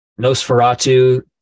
Nosferatu